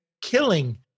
killing